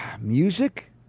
music